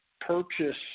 purchase